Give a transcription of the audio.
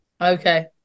Okay